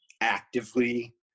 actively